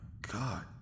god